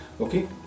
okay